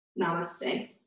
namaste